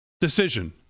decision